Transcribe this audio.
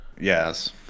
yes